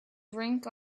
brink